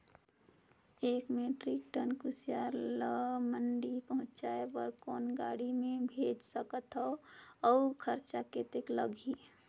एक metric ton कुसियार ल मंडी पहुंचाय बर कौन गाड़ी मे भेज सकत हव अउ खरचा कतेक लगही?